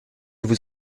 vous